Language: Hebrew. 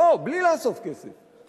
לא, בלי לאסוף כסף.